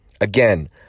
Again